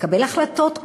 לקבל החלטות כואבות,